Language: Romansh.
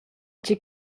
tgei